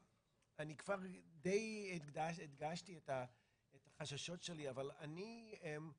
אני כבר הדגשתי את החששות שלי אבל אני הבנתי